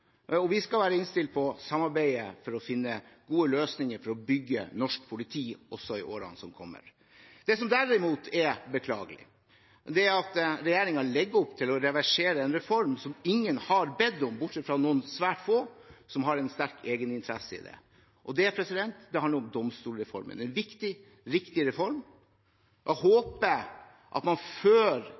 Vi skal være innstilt på å samarbeide for å finne gode løsninger for å bygge norsk politi også i årene som kommer. Det som derimot er beklagelig, er at regjeringen legger opp til en reversering av en reform som ingen har bedt om, bortsett fra noen svært få som har en sterk egeninteresse i det. Det handler om domstolsreformen. Det er en viktig og riktig reform. Jeg håper at regjeringen før